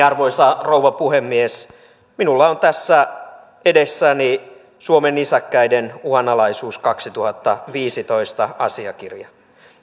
arvoisa rouva puhemies minulla on tässä edessäni suomen nisäkkäiden uhanalaisuus kaksituhattaviisitoista asiakirja